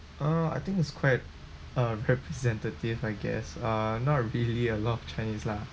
uh I think it's quite uh representative I guess uh not really a lot of chinese lah